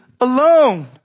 alone